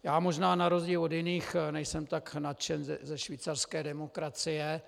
Já možná na rozdíl od jiných nejsem tak nadšen ze švýcarské demokracie.